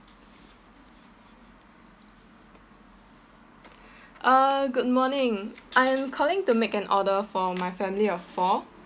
uh good morning I'm calling to make an order for my family of four